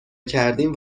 کردیم